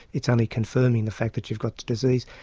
it's only confirming the fact that you've got the disease.